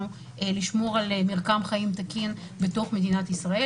לשמור על מרקם חיים תקין בתוך מדינת ישראל.